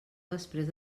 després